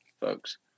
folks